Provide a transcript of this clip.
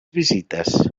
visites